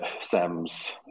sam's